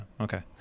Okay